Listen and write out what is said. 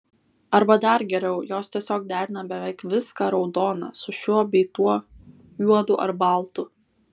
arba dar geriau jos tiesiog derina beveik viską raudoną su šiuo bei tuo juodu ar baltu